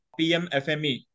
PMFME